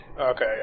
Okay